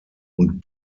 und